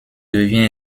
devient